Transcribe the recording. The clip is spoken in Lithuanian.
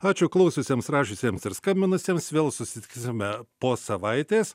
ačiū klausiusiems rašiusiems ir skambinusiems vėl susitiksime po savaitės